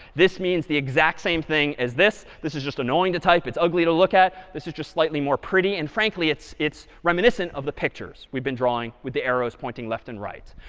this means the exact same thing as this. this is just annoying to type. it's ugly to look at. this is just slightly more pretty. and frankly, it's it's reminiscent of the pictures we've been drawing with the arrows pointing left and right.